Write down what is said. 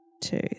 two